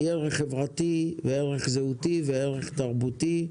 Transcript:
ערך חברתי, ערך זהותי וערך תרבותי.